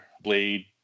blade